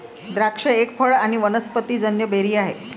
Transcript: द्राक्ष एक फळ आणी वनस्पतिजन्य बेरी आहे